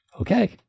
Okay